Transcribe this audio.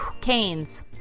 Canes